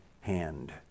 hand